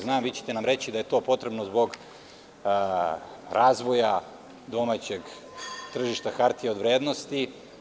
Znam da ćete nam reći da je to potrebno zbog razvoja domaćeg tržišta hartija od vrednosti.